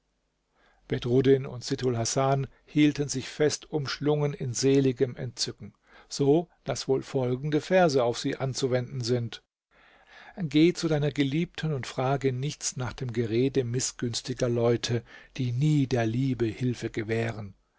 bedruddin und sittulhasan hielten sich fest umschlungen in seligem entzücken so daß wohl folgende verse auf sie anzuwenden sind geh zu deiner geliebten und frage nichts nach dem gerede mißgünstiger leute die nie der liebe hilfe gewähren